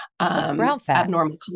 abnormal